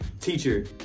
teacher